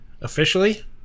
officially